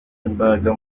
imbaraga